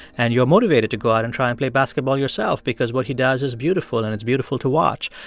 and you are motivated to go out and try and play basketball yourself because what he does is beautiful, and it's beautiful to watch.